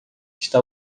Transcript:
está